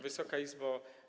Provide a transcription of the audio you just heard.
Wysoka Izbo!